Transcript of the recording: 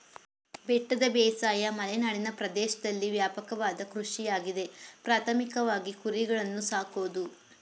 ಬೆಟ್ಟದ ಬೇಸಾಯ ಮಲೆನಾಡಿನ ಪ್ರದೇಶ್ದಲ್ಲಿ ವ್ಯಾಪಕವಾದ ಕೃಷಿಯಾಗಿದೆ ಪ್ರಾಥಮಿಕವಾಗಿ ಕುರಿಗಳನ್ನು ಸಾಕೋದು